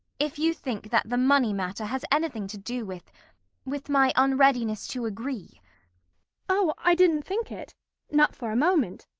if you think that the money matter has anything to do with with my unreadiness to agree oh, i didn't think it not for a moment.